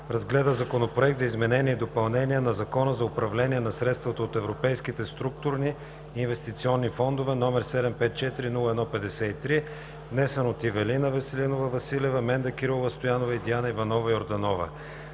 разгледа Законопроект за изменение и допълнение на Закона за управление на средствата от европейските структури и инвестиционни фондове, № 754-01-53, внесен от Ивелина Веселинова Василева, Менда Кирилова Стоянова и Диана Иванова Йорданова.